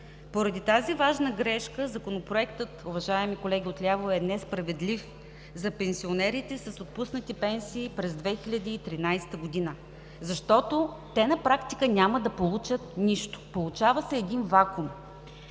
Поради тази важна грешка Законопроектът, уважаеми колеги от ляво, е несправедлив за пенсионерите с отпуснати пенсии през 2013 г., защото те на практика няма да получат нищо. Получава се един вакуум.